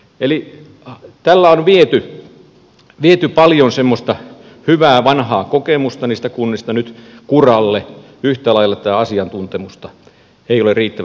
eli tällä on viety paljon semmoista hyvää vanhaa kokemusta niistä kunnista nyt kuralle yhtä lailla asiantuntemusta ei ole riittävästi käytetty